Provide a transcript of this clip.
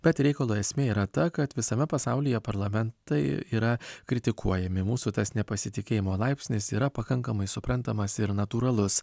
bet reikalo esmė yra ta kad visame pasaulyje parlamentai yra kritikuojami mūsų tas nepasitikėjimo laipsnis yra pakankamai suprantamas ir natūralus